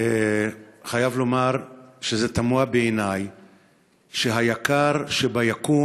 חייב לומר שזה תמוה בעיני שהיקר שביקום